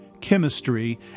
chemistry